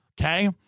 Okay